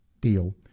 deal